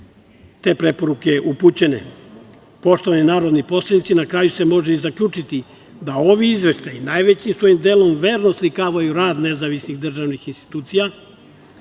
te preporuke upućene. Poštovani narodni poslanici, na kraju se može i zaključiti da ovi izveštaji najvećim svojim delom verno oslikavaju rad nezavisnih državnih institucija,